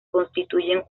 constituyen